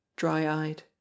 dry-eyed